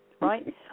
right